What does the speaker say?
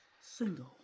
single